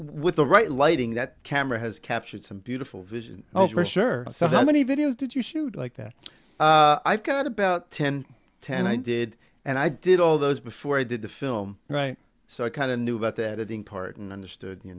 with the right lighting that camera has captured some beautiful vision for sure so many videos did you shoot like that i've got about ten ten i did and i did all those before i did the film right so i kind of knew about that in part and understood you